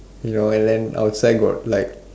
ya know then outside got like